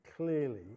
Clearly